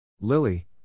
Lily